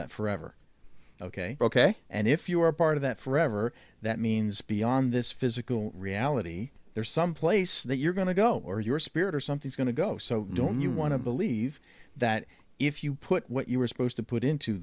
that forever ok ok and if you are part of that forever that means beyond this physical reality there's someplace that you're going to go or your spirit or something's going to go so don't you want to believe that if you put what you were supposed to put into